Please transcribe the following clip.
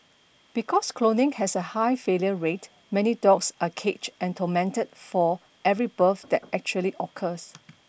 because cloning has a high failure rate many dogs are caged and tormented for every birth that actually occurs